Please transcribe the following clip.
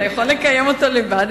אתה יכול לקיים אותו לבד,